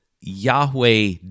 Yahweh